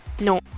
No